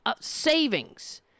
savings